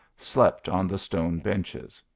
slept on the stone benches.